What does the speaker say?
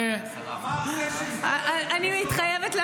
אמר זה שהסתובב עם תמונות.